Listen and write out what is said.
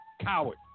coward